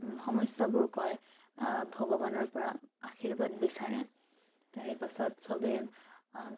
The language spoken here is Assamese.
সমস্যাবোৰ কয় ভগৱানৰ পৰা আৰ্শীবাদ বিচাৰে তাৰে পিছত চবে